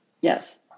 Yes